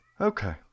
okay